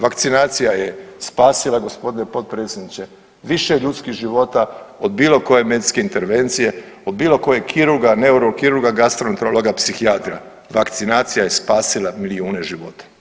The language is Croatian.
Vakcinacija je spasila g. potpredsjedniče više ljudskih života od bilo koje medicinske intervencije, od bilo kojeg kirurga, neurokirurga, gastroenterologa, psihijatra, vakcinacija je spasila milijune života.